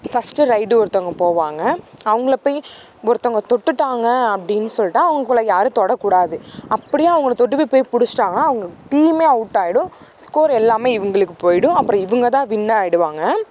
first ride ஒருத்தங்க போவாங்க அவங்கள போய் ஒருத்தங்க தொட்டுட்டாங்க அப்டின்னு சொல்லிட்டா அவங்கள யாரும் தொடக்கூடாது அப்படியே அவங்களை தொட்டு போய் போய் பிடிச்சிட்டாங்கன்னா டீமே அவுட்டாகிடும் ஸ்கோர் எல்லாம் இவங்களுக்கு போய்டும் அப்புறம் இவங்கதான் வின்னர் ஆகிடுவாங்க